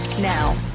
now